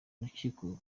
urukiko